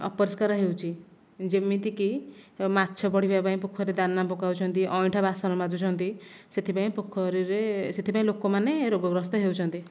ଅପରିଷ୍କାର ହେଉଛି ଯେମିତିକି ମାଛ ବଢ଼ିବା ପାଇଁ ପଖୋରିରେ ଦାନା ପକାଉଛନ୍ତି ଅଇଁଠା ବାସନ ମାଜୁଛନ୍ତି ସେଇଥିପାଇଁ ପାଖୋରିରେ ସେଥିପାଇଁ ଲୋକମାନେ ରୋଗଗ୍ରସ୍ତ ହେଉଛନ୍ତି